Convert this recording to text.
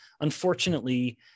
Unfortunately